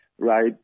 right